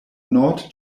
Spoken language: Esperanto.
nord